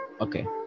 okay